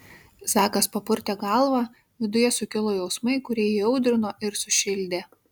zakas papurtė galvą viduje sukilo jausmai kurie įaudrino ir sušildė